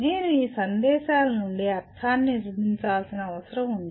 నేను ఈ సందేశాల నుండి అర్థాన్ని నిర్మించాల్సిన అవసరం ఉంది